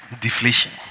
deflation